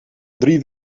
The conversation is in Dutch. drie